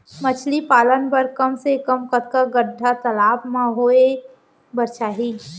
मछली पालन बर कम से कम कतका गड्डा तालाब म होये बर चाही?